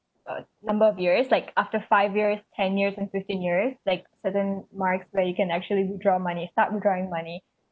uh number of years like after five years ten years and fifteen years like certain marks where you can actually withdraw money start withdrawing money